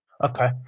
Okay